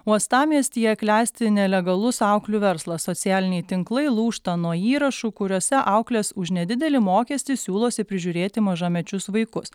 uostamiestyje klesti nelegalus auklių verslas socialiniai tinklai lūžta nuo įrašų kuriuose auklės už nedidelį mokestį siūlosi prižiūrėti mažamečius vaikus